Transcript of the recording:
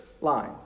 line